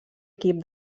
equip